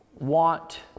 Want